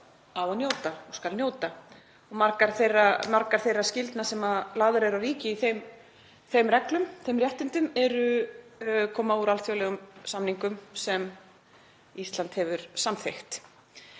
skal njóta. Margar þeirra skyldna sem lagðar eru á ríki í þeim reglum, þeim réttindum, koma úr alþjóðlegum samningum sem Ísland hefur samþykkt.